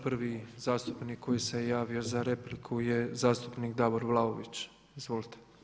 Prvi zastupnik koji se javio za repliku je zastupnik Davor Vlaović, izvolite.